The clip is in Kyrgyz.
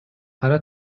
кара